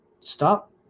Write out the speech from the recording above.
stop